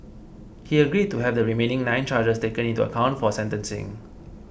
he agreed to have the remaining nine charges taken into account for sentencing